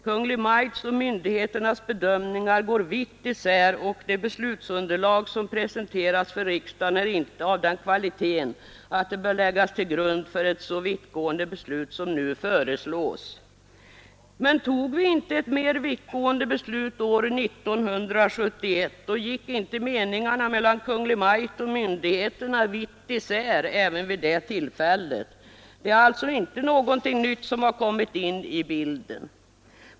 Kungl. Maj:ts och myndigheternas bedömningar går vitt isär och det beslutsunderlag som presenteras för riksdagen är inte av den kvaliteten att det bör läggas till grund för ett så vittgående beslut som nu föreslås.” Men fattade vi inte ett mer vittgående beslut år 1971, och gick inte Kungl. Maj:ts och myndigheternas meningar vitt isär även vid det tillfället? Det är alltså inte någonting nytt som nu kommit in i bilden.